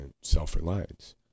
self-reliance